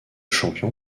champion